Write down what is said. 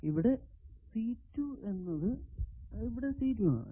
ഇവിടെ എന്നത് ആണ്